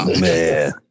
man